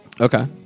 Okay